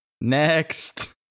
Next